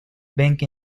bank